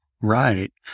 Right